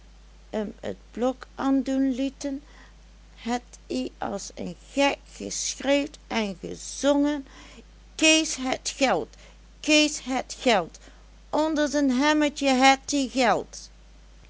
t blok andoen lieten het ie as en gek geschreeuwd en gezongen kees het geld kees het geld onder zen hemmetje het ie geld